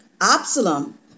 Absalom